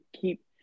keep